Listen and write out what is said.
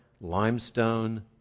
limestone